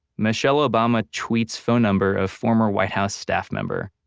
michelle obama tweets phone number of former white house staff member.